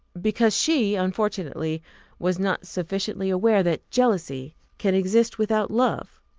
because she unfortunately was not sufficiently aware that jealousy can exist without love.